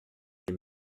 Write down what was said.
les